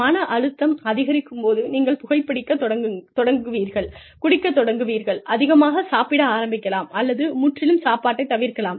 மன அழுத்தம் அதிகரிக்கும் போது நீங்கள் புகைபிடிக்கத் தொடங்குங்கள் குடிக்கத் தொடங்குங்கள் அதிகமாகச் சாப்பிட ஆரம்பிக்கலாம் அல்லது முற்றிலும் சாப்பாட்டை தவிர்க்கலாம்